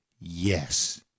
Yes